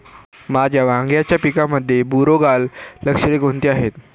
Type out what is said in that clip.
माझ्या वांग्याच्या पिकामध्ये बुरोगाल लक्षणे कोणती आहेत?